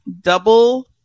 double